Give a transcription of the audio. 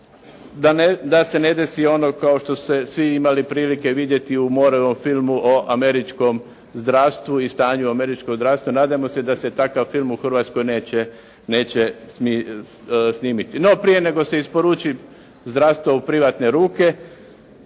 da se ne desi ono kao što ste svi imali prilike vidjeti u Morevom filmu o američkom zdravstvu i stanju američkog zdravstva. Nadajmo se da se takav film u Hrvatskoj neće snimiti. No prije nego se isporuči zdravstvo u privatne ruke,